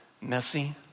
messy